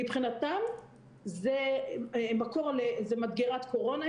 מבחינתם זאת מדגרת קורונה.